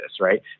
right